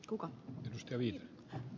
kuka pystyi